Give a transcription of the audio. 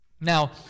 Now